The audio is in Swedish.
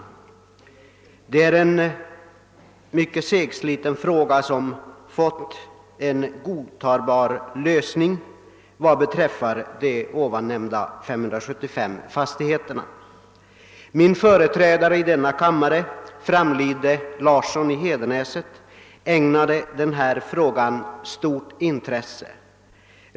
Det är en mycket segsliten fråga som nu fått en godtagbar lösning vad beträffar de nämnda 575 fastigheterna. Företrädaren på min plats i denna kammare, framlidne Harald Larsson i Hedenäset, ägnade den här frågan stort intresse.